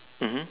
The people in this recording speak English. mmhmm